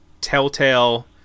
telltale